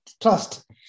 trust